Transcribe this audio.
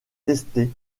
testé